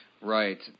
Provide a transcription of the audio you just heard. Right